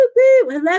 hello